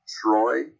Troy